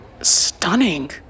stunning